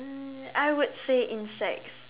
uh I would say insects